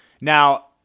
Now